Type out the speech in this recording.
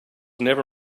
never